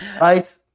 Right